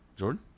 Jordan